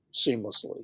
seamlessly